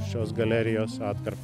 šios galerijos atkarpą